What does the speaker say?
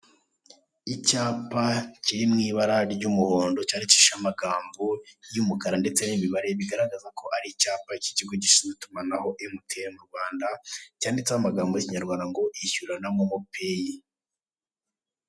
Icyapa kiri mu ibara ry'umuhondo cyandikishijeho amagambo y'umukara ndetse n'imibare bigaragaraza ko ar'icyapa cy'ikigo gishinzwe itumanaho emutiyeni mu Rwanda cyanditseho amagambo y'ikinyarwanga ngo ishyura na momo payi.